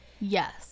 Yes